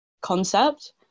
concept